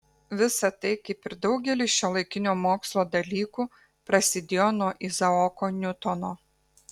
visa tai kaip ir daugelis šiuolaikinio mokslo dalykų prasidėjo nuo izaoko niutono